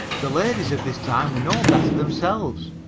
the ladies of this time were no better themselves,